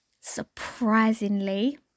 Surprisingly